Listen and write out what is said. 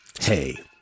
hey